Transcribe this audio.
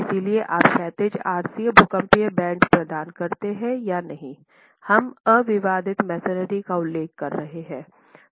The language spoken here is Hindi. इसलिए आप क्षैतिज RC भूकंपीय बैंड प्रदान करते हैं या नहीं हम अविवादित मैसनरी का उल्लेख कर रहे हैं